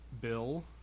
Bill